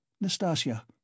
Nastasia